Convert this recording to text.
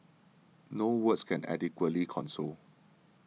no words can adequately console